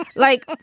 like